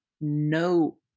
no